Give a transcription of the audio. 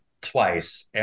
twice